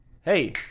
Hey